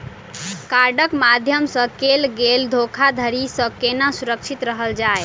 कार्डक माध्यम सँ कैल गेल धोखाधड़ी सँ केना सुरक्षित रहल जाए?